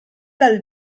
dal